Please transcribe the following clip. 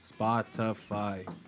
Spotify